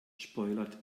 spoilert